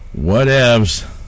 Whatevs